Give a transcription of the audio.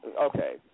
Okay